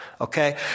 okay